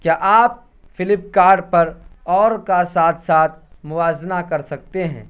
کیا آپ flip card پر اور کا ساتھ ساتھ موازنہ کر سکتے ہیں